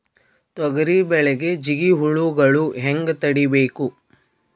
ತೊಗರಿ ಬೆಳೆಗೆ ಜಿಗಿ ಹುಳುಗಳು ಹ್ಯಾಂಗ್ ತಡೀಬೇಕು?